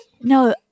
no